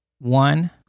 One